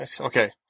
okay